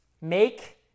make